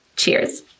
Cheers